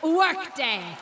workday